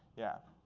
yeah.